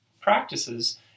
practices